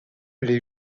les